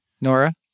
Nora